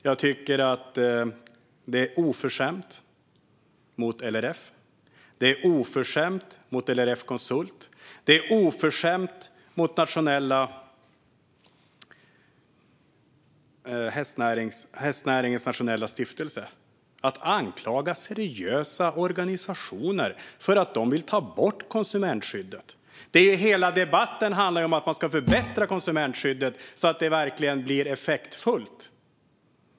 Jag tycker att det är oförskämt mot LRF, mot LRF Konsult och mot Hästnäringens Nationella Stiftelse att anklaga seriösa organisationer för att vilja ta bort konsumentskyddet. Hela debatten handlar ju om att man ska förbättra konsumentskyddet så att det verkligen blir effektfullt.